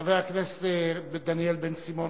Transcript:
חבר הכנסת דניאל בן-סימון,